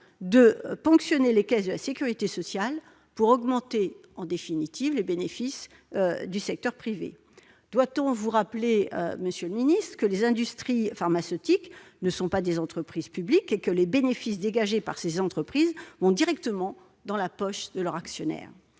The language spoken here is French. de ponctionner les caisses de la sécurité sociale pour augmenter les bénéfices du secteur privé ! Doit-on vous rappeler, monsieur le secrétaire d'État, que les industries pharmaceutiques ne sont pas des entreprises publiques et que les bénéfices qu'elles dégagent vont directement dans les poches de leurs actionnaires ?